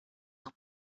eich